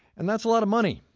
and that's a lot of money.